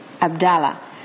Abdallah